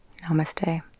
Namaste